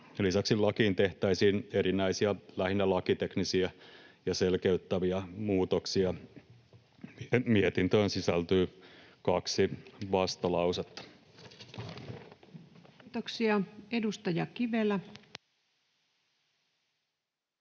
Lisäksi lakiin tehtäisiin erinäisiä lähinnä lakiteknisiä ja selkeyttäviä muutoksia. Mietintöön sisältyy kaksi vastalausetta. Kiitoksia. — Edustaja Kivelä.